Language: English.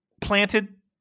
planted